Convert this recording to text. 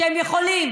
שהם יכולים,